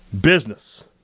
business